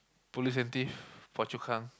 Police-and-Thief Phua-Chu-Kang